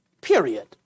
period